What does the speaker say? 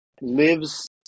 lives